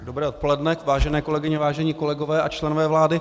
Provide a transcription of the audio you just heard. Dobré odpoledne, vážené kolegyně, a vážení kolegové a členové vlády.